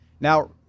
Now